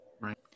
Right